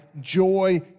joy